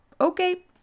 okay